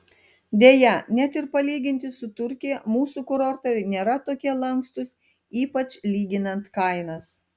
deja net ir palyginti su turkija mūsų kurortai nėra tokie lankstūs ypač lyginant kainas